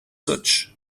such